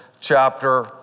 chapter